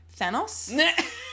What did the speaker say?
Thanos